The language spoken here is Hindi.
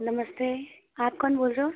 नमस्ते आप कौन बोल रहे हो